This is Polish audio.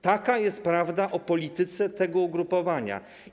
Taka jest prawda o polityce tego ugrupowania.